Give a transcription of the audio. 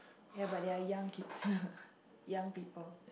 ya but there are young kids young people